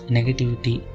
negativity